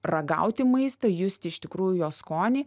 ragauti maistą justi iš tikrųjų jo skonį